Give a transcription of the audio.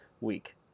week